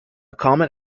common